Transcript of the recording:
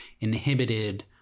inhibited